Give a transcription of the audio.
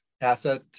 asset